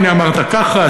הנה אמרת ככה,